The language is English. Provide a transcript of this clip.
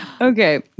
Okay